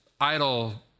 idle